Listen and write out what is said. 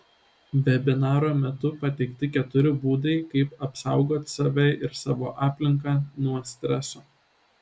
vebinaro metu pateikti keturi būdai kaip apsaugot save ir savo aplinką nuo streso